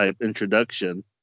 introduction